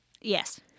Yes